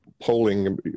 polling